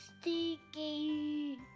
Sticky